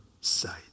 sight